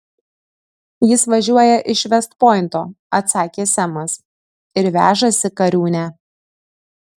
jis važiuoja iš vest pointo atsakė semas ir vežasi kariūnę